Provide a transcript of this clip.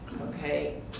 Okay